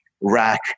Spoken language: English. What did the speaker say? rack